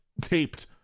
taped